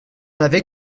avait